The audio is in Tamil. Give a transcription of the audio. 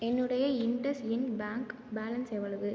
என்னுடைய இண்டஸ்இன்ட் பேங்க் பேலன்ஸ் எவ்வளவு